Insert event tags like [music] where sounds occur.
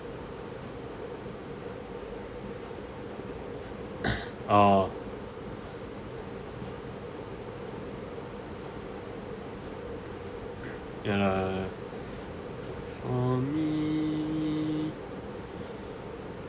[coughs] oh ya lah for me